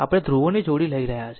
આપણે ધ્રુવોની જોડી લઈ રહ્યા છીએ